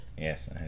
Yes